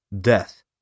death